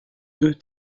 deux